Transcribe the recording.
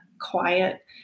quiet